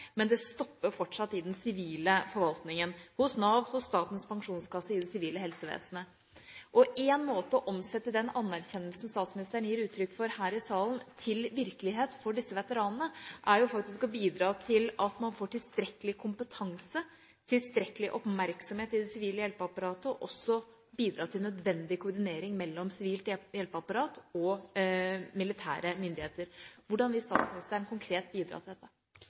Men det stopper fortsatt i den sivile forvaltningen – hos Nav, hos Statens pensjonskasse og i det sivile helsevesenet. Én måte å omsette den anerkjennelsen statsministeren gir uttrykk for her i salen, til virkelighet på for disse veteranene er jo å bidra til at man får tilstrekkelig kompetanse, tilstrekkelig oppmerksomhet i det sivile hjelpeapparatet – og også å bidra til nødvendig koordinering mellom sivilt hjelpeapparat og militære myndigheter. Hvordan vil statsministeren konkret bidra til dette?